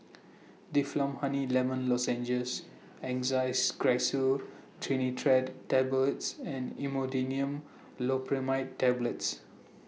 Difflam Honey Lemon Lozenges Angised Glyceryl Trinitrate Tablets and Imodium Loperamide Tablets